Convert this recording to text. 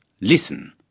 listen